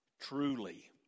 Truly